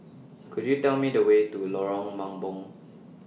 Could YOU Tell Me The Way to Lorong Mambong